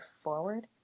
forward